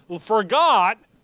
forgot